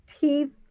teeth